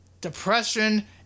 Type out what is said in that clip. depression